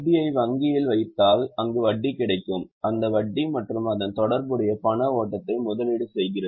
யை வங்கியில் வைத்தால் அங்கு வட்டி கிடைக்கும் அந்த வட்டி மற்றும் அதன் தொடர்புடைய பண ஓட்டத்தை முதலீடு செய்கிறது